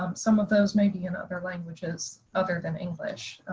um some of those may be in other languages other than english,